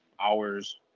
hours